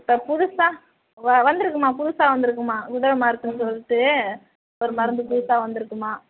இப்போ புதுசாக வ வந்துருக்கும்மா புதுசாக வந்துருக்கும்மா உணவு மருத்துவம்ன்னு சொல்லிட்டு ஒரு மருந்து புதுசாக வந்துருக்கும்மா